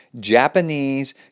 japanese